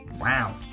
Wow